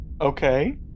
Okay